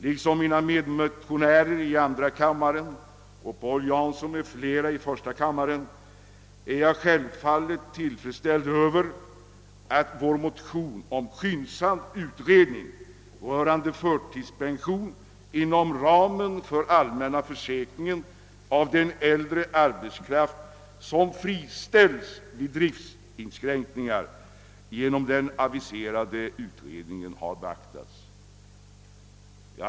Liksom mina medmotionärer i andra kammaren och Paul Jansson m.fl. i första kammaren är jag självfallet tillfredsställd med att vår motion om en skyndsam utredning rörande förtidspension inom ramen för den allmänna försäkringen av den äldre arbetskraft som friställs vid driftinskränkningar genom den aviserade utredningen har beaktats.